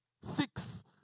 six